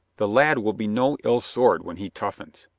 the lad will be no ill sword when he toughens.